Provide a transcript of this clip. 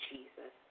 Jesus